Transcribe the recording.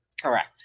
correct